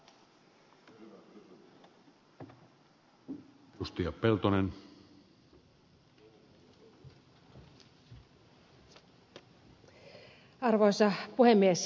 arvoisa puhemies